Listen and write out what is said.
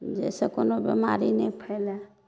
जहिसँ कोनो बेमारी नहि फैलै